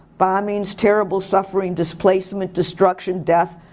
bombings, terrible suffering, displacement, destruction, death,